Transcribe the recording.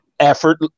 Effort